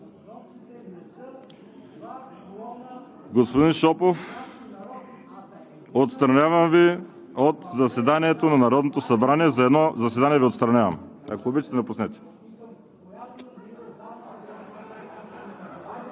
Господин Шопов, отстранявам Ви от заседанието на Народното събрание за едно заседание! Ако обичате, напуснете!